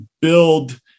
build